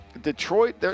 Detroit